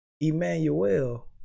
Emmanuel